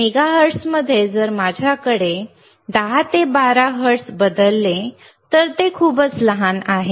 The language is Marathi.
मेगाहर्ट्झमध्ये जर माझ्याकडे 10 ते 12 हर्ट्ज बदलले तर ते खूपच लहान आहे